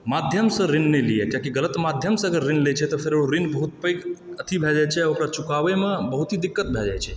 माध्यम से ऋण नहि लीअ कियाकि ग़लत माध्यम सॅं जँ ऋण लै छै तऽ फेर ओ ऋण बहुत पैघ अथी भए जाइ छै आ ओकरा चुकाबै मे बहुत ही दिक्कत भए जाइ छै